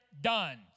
done